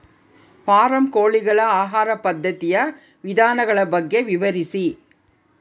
Form ಕೋಳಿಗಳ ಆಹಾರ ಪದ್ಧತಿಯ ವಿಧಾನಗಳ ಬಗ್ಗೆ ವಿವರಿಸಿ?